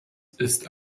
ist